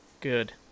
Good